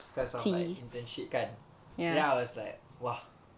dia sounds like internship kan then I was like !wah!